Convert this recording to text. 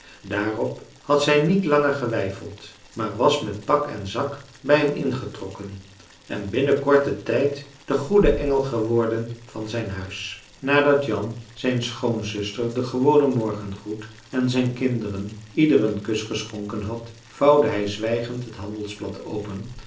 daarop had zij niet langer geweifeld maar was met pak en zak bij hem ingetrokken en binnen korten tijd de goede engel geworden van zijn huis nadat jan zijn schoonzuster den gewonen morgengroet en zijn kinderen ieder een kus geschonken had vouwde hij zwijgend het handelsblad open